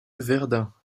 verdun